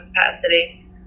capacity